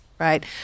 right